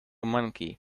monkey